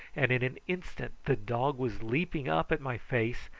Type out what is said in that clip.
and in an instant the dog was leaping up at my face,